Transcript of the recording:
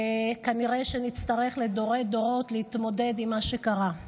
וכנראה שנצטרך לדורי-דורות להתמודד עם מה שקרה.